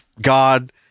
God